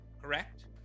correct